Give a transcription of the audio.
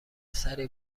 سری